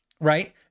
right